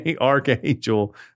Archangel